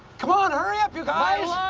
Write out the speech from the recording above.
come on, hurry up you guys!